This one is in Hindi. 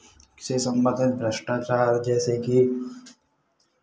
से संबंधित भ्रष्टाचार जैसे कि